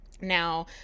Now